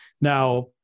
Now